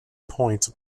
point